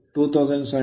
ನಾವು cos∅ 207623035